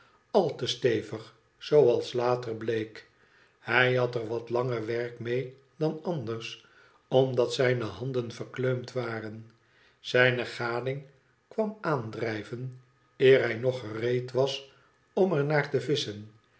al te stevig zooals later bleek hij had er wat langer werk mee dan anders omdat zijne handen verkleumd waren zijne gading kwam aandrijven eer hij nog gereed was om er naar te visschen